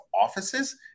offices